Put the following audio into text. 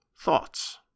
thoughts